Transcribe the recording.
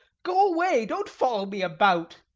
go away! don't follow me about!